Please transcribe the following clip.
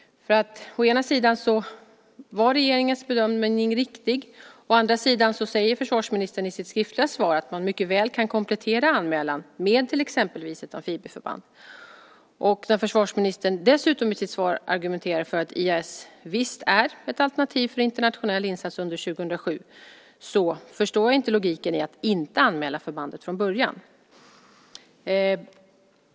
Å ena sidan var regeringens bedömning riktig, å andra sidan säger försvarsministern i sitt skriftliga svar att man mycket väl kan komplettera anmälan med exempelvis ett amfibieförband. I sitt svar argumenterar försvarsministern dessutom för att IAS är ett alternativ för internationell insats under 2007. Jag förstår inte logiken med att inte anmäla förbandet från början.